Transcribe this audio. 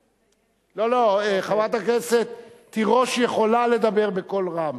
לא, לא, חברת הכנסת תירוש יכולה לדבר בקול רם.